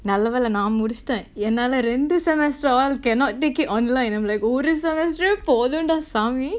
நல்ல வேல நா முடுசுட்டேன் என்னால ரெண்டு:nalla vela naa muduchuttaen ennala rendu semester all cannot take it online I'm like ஒரு:oru semester eh போதுண்டா சாமி:pothundaa saami